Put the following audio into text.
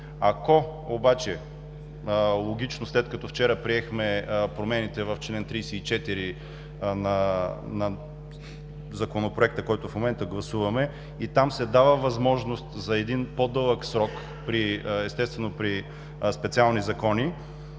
със същия срок. След като вчера приехме промените в чл. 34 на Законопроекта, който в момента гласуваме, и там се дава възможност за по-дълъг срок при специални закони,